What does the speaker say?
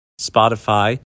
Spotify